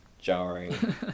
jarring